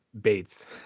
Bates